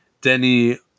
Denny